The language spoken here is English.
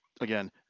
Again